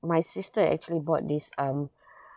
my sister actually bought this um